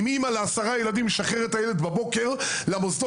אם אימא לעשרה ילדים משחררת את הילד בבוקר למוסדות